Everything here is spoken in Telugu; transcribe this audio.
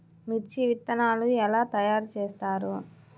మిర్చి విత్తనాలు ఎలా తయారు చేస్తారు?